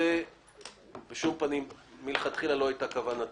זאת מלכתחילה לא הייתה כוונתי.